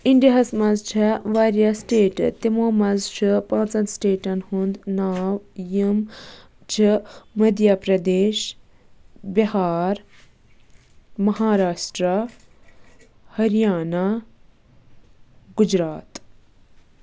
India ہَس منٛز چھےٚ واریاہ سِٹیٹہٕ تِمو منٛز چھُ پانٛژھن سِٹیٹَن ہُند ناو یِم چھِ مٔدیا پریدیش بِہار مَہاراسٹرا ۂریانا گُجرات